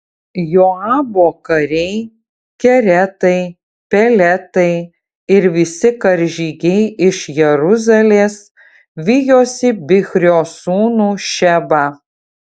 joabo kariai keretai peletai ir visi karžygiai iš jeruzalės vijosi bichrio sūnų šebą